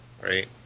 right